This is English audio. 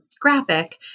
graphic